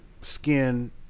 skin